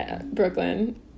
Brooklyn